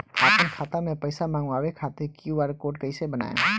आपन खाता मे पैसा मँगबावे खातिर क्यू.आर कोड कैसे बनाएम?